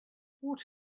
what